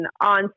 on